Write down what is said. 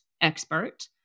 expert